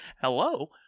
Hello